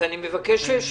אז אני מקווה שיבוא,